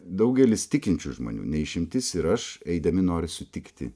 daugelis tikinčių žmonių ne išimtis ir aš eidami nori sutikti